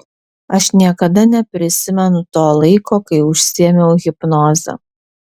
aš niekada neprisimenu to laiko kai užsiėmiau hipnoze